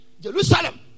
Jerusalem